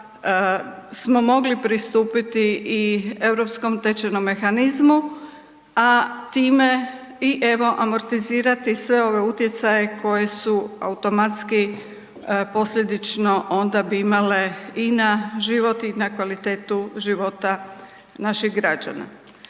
smo mogli pristupiti u europskom tečajnom mehanizmu, a time, i evo, amortizirati sve ove utjecaje koji su automatski posljedično onda bi imale i na život i na kvalitetu života naših građana.